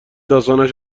داستانش